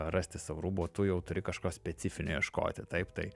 rasti sau rūbų o tu jau turi kažko specifinio ieškoti taip tai